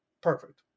perfect